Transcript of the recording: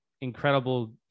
incredible